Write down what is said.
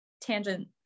tangent